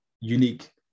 unique